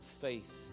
Faith